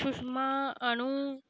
Sushma Anu